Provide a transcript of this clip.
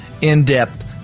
in-depth